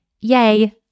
yay